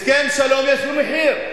הסכם שלום, יש לו מחיר.